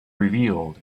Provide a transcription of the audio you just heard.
revealed